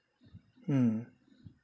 mm